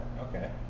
Okay